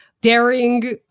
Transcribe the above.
daring